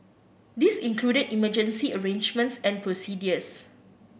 this included emergency arrangements and procedures